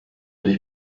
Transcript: dich